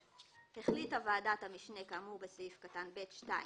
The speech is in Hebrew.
(ב3)החליטה ועדת המשנה כאמור בסעיף קטן (ב2)